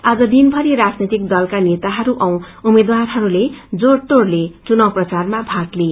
आज दिनभरि राजनैतिक दलका नेताहरू औ उम्मेद्वारहरूले जोड़तोड़ले चुनाव प्रचारमा भाग लिए